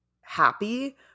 happy